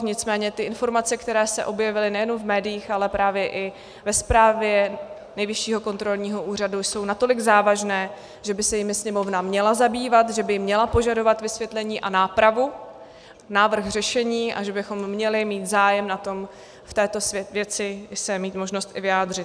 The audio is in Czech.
Nicméně ty informace, které se objevily nejenom v médiích, ale právě i ve zprávě Nejvyššího kontrolního úřadu, jsou natolik závažné, že by se jimi Sněmovna měla zabývat, že by měla požadovat vysvětlení a nápravu, návrh řešení a že bychom měli mít zájem na tom v této věci se mít možnost i vyjádřit.